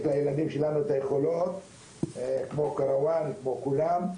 יש לילדים שלנו את היכולות כמו כרואן וכולם,